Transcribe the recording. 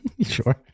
Sure